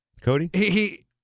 Cody